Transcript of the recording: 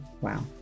wow